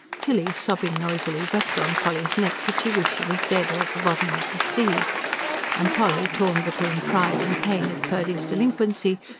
tilly, sobbing noisily, wept on polly's neck that she wished she was dead or at the bottom of the sea and polly, torn between pride and pain at purdy's delinquency,